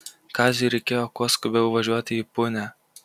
kaziui reikėjo kuo skubiau važiuot į punią